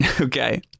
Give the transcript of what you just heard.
Okay